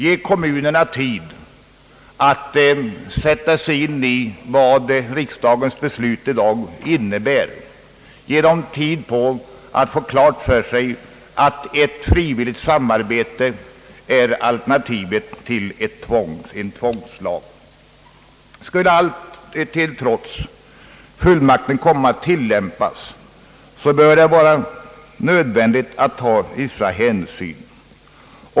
Ge kommunerna tid att sätta sig in i vad riksdagens beslut i dag innebär, ge dem tid att få klart för sig att ett frivilligt samarbete är alternativet till en tvångslag! Skulle trots allt fullmakten komma att tillämpas är det nödvändigt att ta vissa hänsyn.